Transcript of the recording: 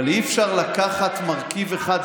אבל אי-אפשר לקחת מרכיב אחד.